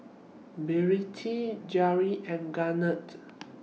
and Garnet